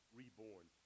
reborn